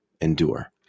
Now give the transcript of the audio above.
endure